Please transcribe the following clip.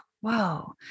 whoa